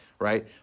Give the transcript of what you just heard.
Right